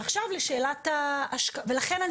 לכן,